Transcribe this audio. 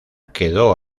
quedó